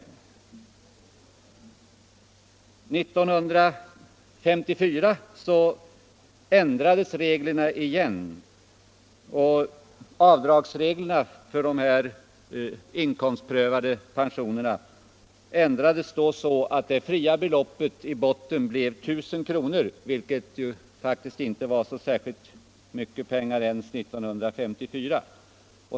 År 1954 ändrades reglerna för de inkomstprövade pensionerna så att det fria beloppet i botten blev 1 000 kr., vilket faktiskt inte var så särskilt mycket pengar ens 1954.